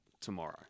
tomorrow